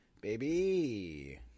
baby